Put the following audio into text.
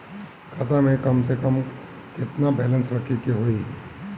खाता में कम से कम केतना बैलेंस रखे के होईं?